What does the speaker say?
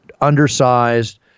undersized